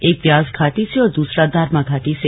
एक व्यास घाटी से और दूसरा दारमा घाटी से